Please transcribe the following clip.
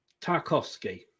Tarkovsky